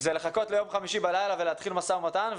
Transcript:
- זה לחכות ליום חמישי בלילה ולהתחיל משא ומתן.